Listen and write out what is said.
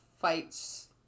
fights